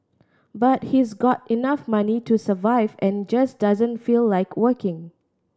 but he's got enough money to survive and just doesn't feel like working